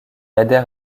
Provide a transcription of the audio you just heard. adhère